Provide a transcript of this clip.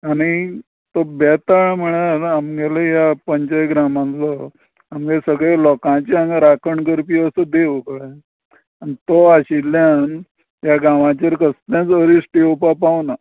आनी तो बेताळ म्हळ्या आमगेलो या पंचग्रामांतलो आमगे सगळ्या लोकांची हांगा राखण करपी असो देव कळ्ळें तो आशिल्ल्यान ह्या गांवाचेर कसलेंच अरिश्ट येवपाक पावोना